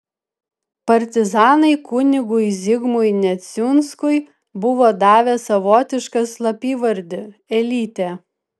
partizanai kunigui zigmui neciunskui buvo davę savotišką slapyvardį elytė